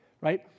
right